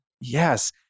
yes